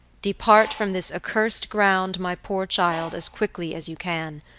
depart from this accursed ground, my poor child, as quickly as you can.